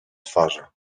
twarzy